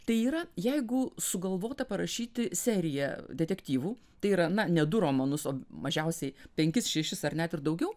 tai yra jeigu sugalvota parašyti seriją detektyvų tai yra na ne du romanus o mažiausiai penkis šešis ar net ir daugiau